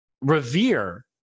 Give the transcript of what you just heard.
revere